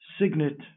signet